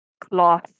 cloth